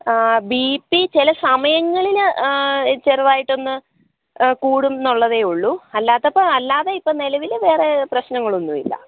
B P ചില സമയങ്ങളിൽ ചെറുതായിട്ടൊന്ന് കൂടുന്നൊള്ളതേയുള്ളു അല്ലാത്തപ്പോ അല്ലാതെ ഇപ്പോൾ നിലവിൽ വേറെ പ്രശ്നങ്ങളൊന്നുവില്ല